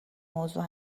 موضوع